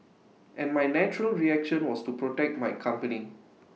and my natural reaction was to protect my company